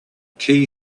key